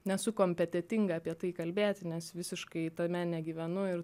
nesu kompetentinga apie tai kalbėti nes visiškai tame negyvenu ir